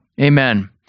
Amen